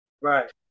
Right